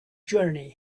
journey